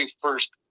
first